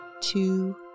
two